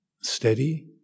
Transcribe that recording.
steady